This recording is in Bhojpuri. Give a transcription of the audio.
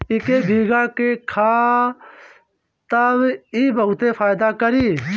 इके भीगा के खा तब इ बहुते फायदा करि